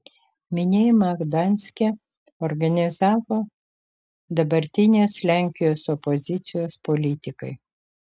minėjimą gdanske organizavo dabartinės lenkijos opozicijos politikai